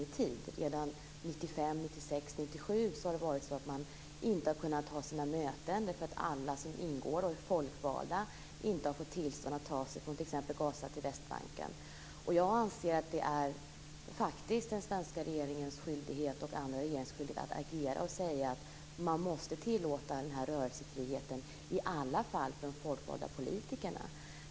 Redan 1995, 1996 och 1997 har de inte kunnat ha sina möten därför att alla som ingår och är folkvalda inte har fått tillstånd att ta sig från t.ex. Gaza till Västbanken. Jag anser att det är den svenska regeringens och andra regeringars skyldighet att agera och säga att man måste tillåta rörelsefriheten i varje fall för de folkvalda politikerna.